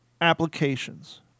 applications